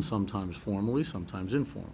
sometimes formally sometimes inform